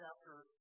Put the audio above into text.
chapter